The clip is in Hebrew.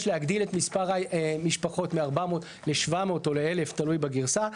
להגדיל את מספר המשפחות מ-400 ל-700 או ל-1,000 תלוי בגרסה.